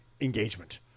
engagement